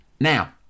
Now